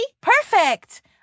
Perfect